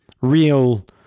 real